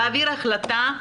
להעביר החלטה,